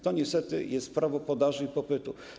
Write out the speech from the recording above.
To niestety jest prawo podaży i popytu.